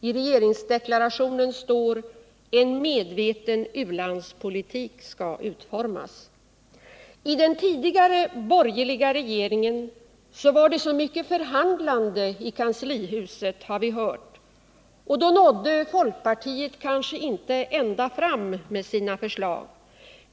I regeringsdeklarationen står att en medveten u-landspolitik skall utformas. I den tidigare borgerliga regeringen var det så mycket förhandlande i kanslihuset, har vi hört, och då nådde folkpartiet kanske inte ända fram med sina förslag.